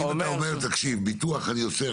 אבל אם אתה אומר שעושים ביטוח רק